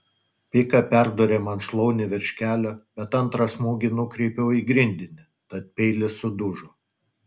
pika perdūrė man šlaunį virš kelio bet antrą smūgį nukreipiau į grindinį tad peilis sudužo